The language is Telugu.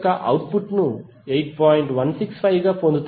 165 ఆంపియర్ గా పొందుతారు